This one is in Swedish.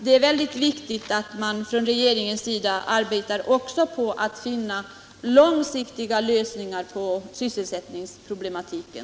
Det är därför viktigt att regeringen också arbetar på att finna långsiktiga lösningar på sysselsättningsproblematiken.